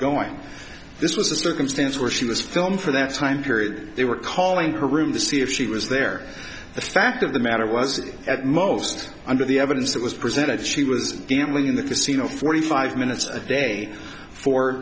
this was a circumstance where she was filming for that time period they were calling her room to see if she was there the fact of the matter was at most under the evidence that was presented she was gambling in the casino forty five minutes a day for